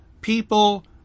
people